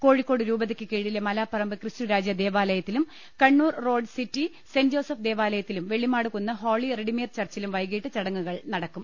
കോഴിക്കോട് രൂപതക്ക് കീഴിലെ മലാപ്പറമ്പ് ക്രിസ്തുരാജ ദേവാലയത്തിലും കണ്ണൂർ റോഡ് സിറ്റി സെന്റ്ജോസഫ് ദേവാലയത്തിലും വെള്ളിമാട് കുന്ന് ഹോളിറെഡീമർ ചർച്ചിലും വൈകീട്ട് ചടങ്ങുകൾ നടക്കും